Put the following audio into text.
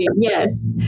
Yes